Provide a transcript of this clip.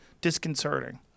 disconcerting